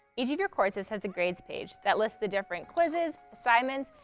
each of your courses has a grades page that lists the different quizzes, assignments,